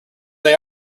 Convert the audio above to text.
they